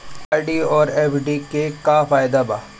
RD आउर FD के का फायदा बा?